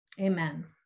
Amen